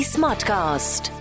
Smartcast